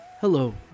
Hello